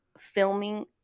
filming